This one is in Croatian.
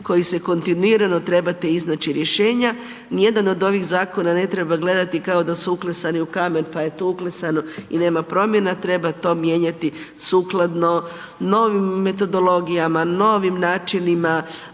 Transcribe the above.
koju se kontinuirano trebate iznaći rješenja, nijedan od ovih zakona ne treba gledati kao da su uklesani u kamen, pa je to uklesano i nema promjena, treba to mijenjati sukladno novim metodologijama, novim načinima,